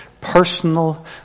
personal